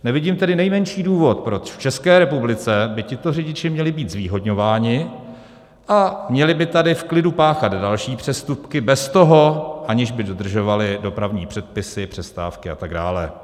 Nevidím tedy nejmenší důvod, proč v České republice by tito řidiči měli být zvýhodňováni a měli by tady v klidu páchat další přestupky bez toho, aniž by dodržovali dopravní předpisy, přestávky a tak dále.